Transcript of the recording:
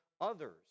others